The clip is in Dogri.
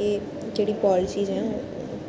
एह् जेह्ड़ी पालिसज ऐ